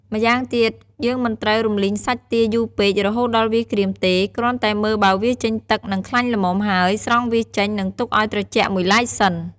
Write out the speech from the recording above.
ម្យ៉ាងទៀត យើងមិនត្រូវរំលីងសាច់ទាយូរពេក រហូតដល់វាក្រៀមទេ គ្រាន់តែមើលបើវាចេញទឹក និងខ្លាញ់ល្មមហើយ ស្រង់វាចេញ និងទុកឱ្យត្រជាក់មួយឡែកសិន។